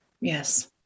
yes